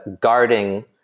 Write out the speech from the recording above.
guarding